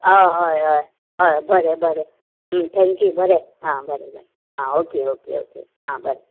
हय हय हय हय बरें बरें थँक्यू बरें आं बरें बरें आं ओके ओके ओके आं बरें